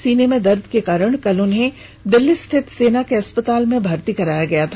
सीने में दर्द के कारण कल उन्हें दिल्ली स्थित सेना के अस्पताल में भर्ती कराया गया था